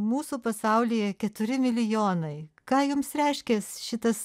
mūsų pasaulyje keturi milijonai ką jums reiškia šitas